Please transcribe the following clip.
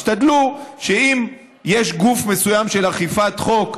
תשתדלו שאם יש גוף מסוים של אכיפת חוק,